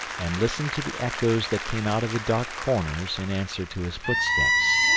and listened to the echoes that came out of the dark corners in answer to his footsteps.